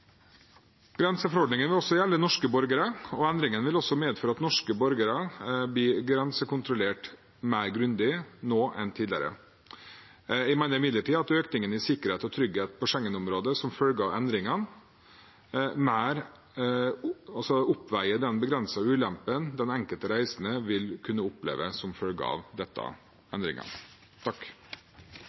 Grenseforordningen vil også gjelde norske borgere, og endringene vil også medføre at norske borgere blir grensekontrollert mer grundig nå enn tidligere. Jeg mener imidlertid at økningen i sikkerhet og trygghet i Schengen-området som følge av endringene, oppveier de begrensede ulempene den enkelte reisende vil kunne oppleve som følge av disse endringene.